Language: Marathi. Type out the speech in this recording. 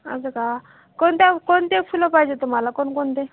असं का कोणत्या कोणते फुलं पाहिजे तुम्हाला कोणकोणते